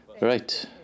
Right